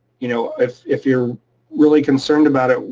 you know if if you're really concerned about it,